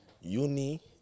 uni